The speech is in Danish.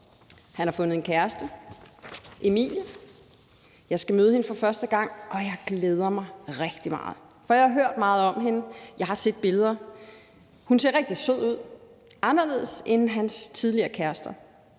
han har fundet en kæreste, Emilie, jeg skal møde hende for første gang, og jeg glæder mig rigtig meget, for jeg har hørt meget om hende, jeg har set billeder. Hun ser rigtig sød ud, anderledes end hans tidligere kærester.